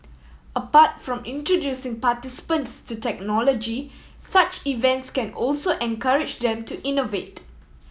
apart from introducing participants to technology such events can also encourage them to innovate